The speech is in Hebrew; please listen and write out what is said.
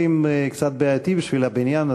כך אומרת המשטרה, בגלל הסמ"סים האלה.